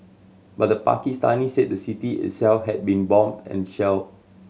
but the Pakistanis said the city itself had been bombed and shelled